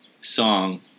song